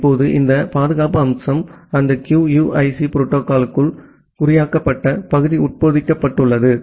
இப்போது இந்த பாதுகாப்பு அம்சம் அந்த QUIC புரோட்டோகால்க்குள் குறியாக்கப்பட்ட பகுதி உட்பொதிக்கப்பட்டுள்ளது